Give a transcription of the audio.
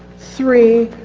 three,